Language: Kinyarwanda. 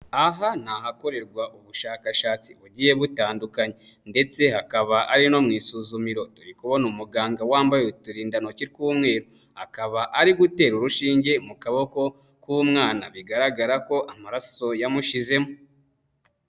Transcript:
Aha ni ahakorerwa ubushakashatsi bugiye butandukanye ndetse hakaba ari no mu isuzumiro, turi kubona umuganga wambaye uturindantoki tw'umweru, akaba ari gutera urushinge mu kaboko k'umwana, bigaragara ko amaraso yamushizemo.